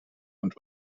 und